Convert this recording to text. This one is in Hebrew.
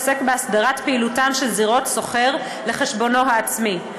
עוסק בהסדרת פעילותן של זירות סוחר לחשבונו העצמי.